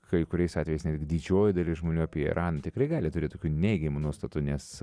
kai kuriais atvejais netgi didžioji dalis žmonių apie iraną tikrai gali turėt tokių neigiamų nuostatų nes